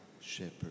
shepherd